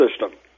system